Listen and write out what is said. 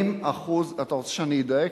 40%. אתה רוצה שאני אדייק,